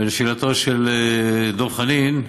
ולשאלתו של דב חנין,